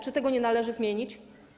Czy tego nie należy zmienić?